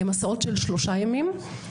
מסעות של שלושה ימים,